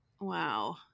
Wow